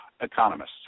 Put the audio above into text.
economists